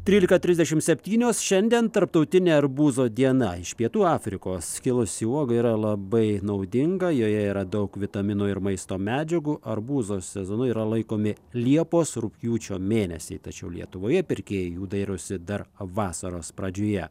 trylika trisdešim septynios šiandien tarptautinė arbūzo diena iš pietų afrikos kilusi uoga yra labai naudinga joje yra daug vitaminų ir maisto medžiagų arbūzo sezonu yra laikomi liepos rugpjūčio mėnesiai tačiau lietuvoje pirkėjai jų dairosi dar vasaros pradžioje